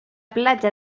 platja